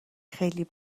خیلی